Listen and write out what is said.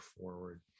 forward